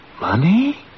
Money